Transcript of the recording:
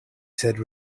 said